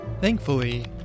Thankfully